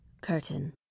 Curtain